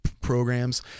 programs